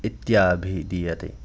इत्याभिधीयते